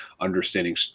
understanding